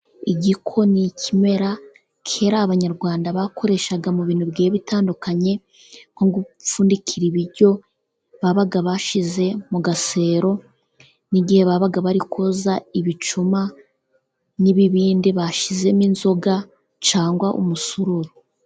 Igiko n' ikimera kera abanyarwanda bakoreshaga, mu bintu bigiye bitandukanye, nko gupfundikira ibiryo babaga bashyize mu gasero, n'igihe babaga bari koza ibicuma, n'ibibindi bashyizemo inzoga cyangwa umusururu.